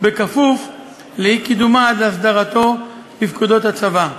בכפוף לאי-קידומה עד להסדרה בפקודות הצבא.